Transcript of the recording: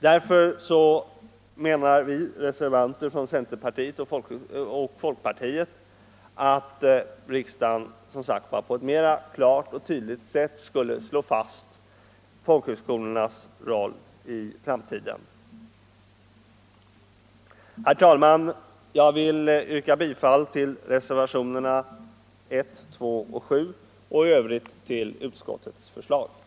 Därför menar vi reservanter från centerpartiet och folkpartiet att riksdagen mera klart och tydligt bör slå fast folkhögskolornas roll i framtiden. Herr talman! Jag ber att få yrka bifall till reservationerna 1, 2 och 7 och i övrigt till utskottets hemställan.